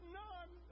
none